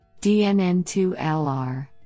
DNN2LR